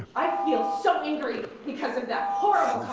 i feel so angry because of that horrible